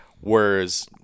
whereas